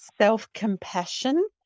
self-compassion